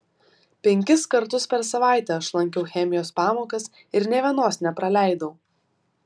penkis kartus per savaitę aš lankiau chemijos pamokas ir nė vienos nepraleidau